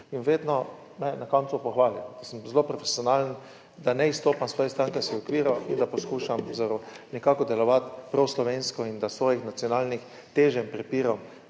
me je na koncu pohvalim, da sem zelo profesionalen, da ne izstopam svojih strankarskih okvirov in da poskušamo nekako delovati prav slovensko in da svojih nacionalnih teženj, prepirov